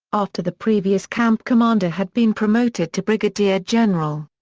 after the previous camp commander had been promoted to brigadier general.